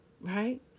Right